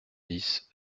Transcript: dix